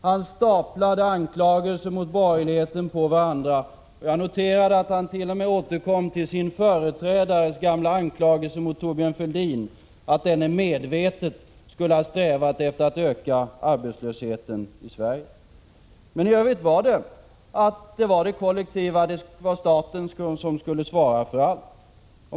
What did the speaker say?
Han staplade anklagelser mot borgerligheten på varandra, och jag noterade att han t.o.m. återkom till sin företrädares gamla anklagelse mot Thorbjörn Fälldin för att denne medvetet skulle ha strävat efter att öka arbetslösheten i Sverige. I övrigt menade statministern att staten skulle svara för allt.